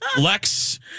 Lex